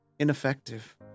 Ineffective